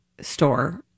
store